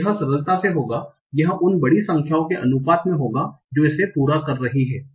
तो यह सरलता से होगा यह उन बड़ी संख्याओं के अनुपात में होगा जो इसे पूरा कर रही है